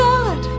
God